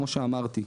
כמו שאמרתי,